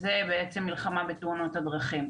זו המלחמה בתאונות הדרכים.